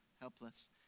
helpless